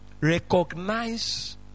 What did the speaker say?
recognize